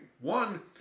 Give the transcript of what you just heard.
One